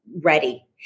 ready